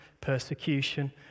persecution